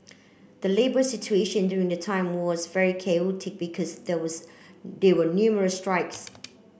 the labour situation during the time was very chaotic because there was there were numerous strikes